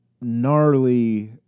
gnarly